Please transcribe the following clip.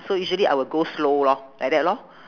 so usually I will go slow lor like that lor